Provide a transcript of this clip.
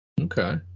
Okay